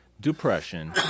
depression